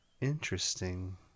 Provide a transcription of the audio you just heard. Interesting